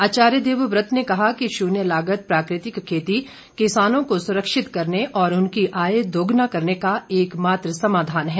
आचार्य देवव्रत ने कहा कि शून्य लागत प्राकृतिक खेती किसानों को सुरक्षित करने और उनकी आय दोगुना करने का एक मात्र समाधान है